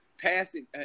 passing –